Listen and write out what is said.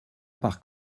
par